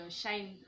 shine